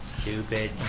Stupid